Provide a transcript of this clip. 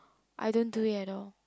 I don't do it at all